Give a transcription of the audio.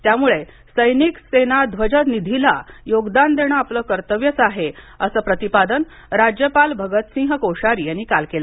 त्यामुळे सैनिक सेना ध्वज निधीला योगदान देणं आपलं कर्तव्यच आहे असं प्रतिपादन राज्यपाल भगतसिंह कोश्यारी यांनी काल केलं